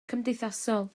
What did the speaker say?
cymdeithasol